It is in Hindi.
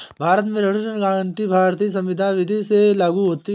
भारत में ऋण गारंटी भारतीय संविदा विदी से लागू होती है